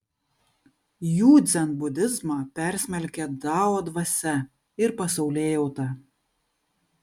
jų dzenbudizmą persmelkia dao dvasia ir pasaulėjauta